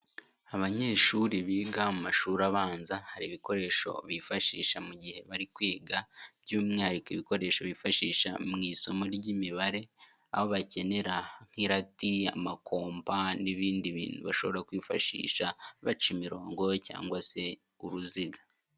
Abanyeshuri biga mu mashuri abanza hari ibikoresho bifashisha mu gihe bari kwiga, by'umwihariko ibikoresho bifashisha mu isomo ry'imibare, aho bakenera nk'irati, amakomba n'ibindi bintu bashobora kwifashisha baca imirongo cyangwa se uruziga.